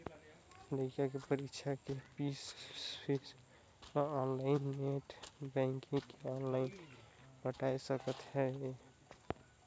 लइका के परीक्षा के पीस ल आनलाइन नेट बेंकिग मे आनलाइन पटाय सकत अहें